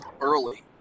early